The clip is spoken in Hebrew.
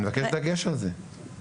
אני מבקש דגש על זה.